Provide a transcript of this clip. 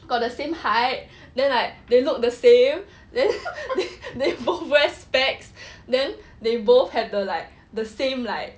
got the same height then like they look the same then they both wear specs then they both have the like the same like